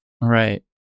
Right